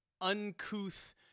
uncouth